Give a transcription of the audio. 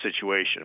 situation